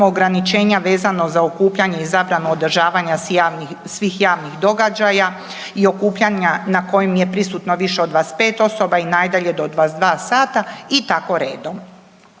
ograničenja vezano za okupljanje i zabranu održavanja svih javnih događaja i okupljanja na kojima je prisutno više od 25 osoba i najdalje do 22 sata i tako redom.